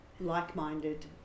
like-minded